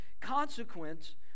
consequence